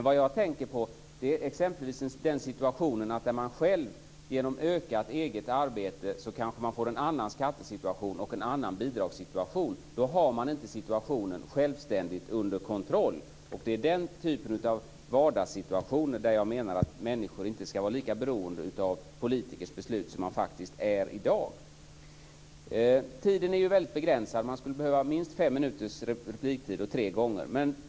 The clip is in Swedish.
Vad jag tänker på är exempelvis den situationen att man själv genom ökat eget arbete kanske får en annan skattesituation och en annan bidragssituation. Då har man inte situationen självständigt under kontroll. Det är den typen av vardagssituationer där jag menar att människor inte skall vara lika beroende av politikers beslut som de faktiskt är i dag. Tiden är väldigt begränsad. Man skulle behöva minst fem minuters repliktid och tre gånger.